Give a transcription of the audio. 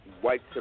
white